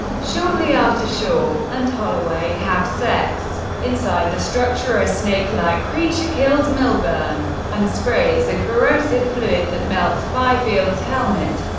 shortly after, shaw and holloway have sex. inside the structure, a snake-like creature kills millburn and sprays a corrosive fluid that melts fifield's helmet.